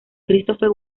christopher